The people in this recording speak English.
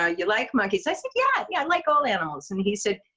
ah you like monkeys? i said, yeah, yeah i like all animals. and he said,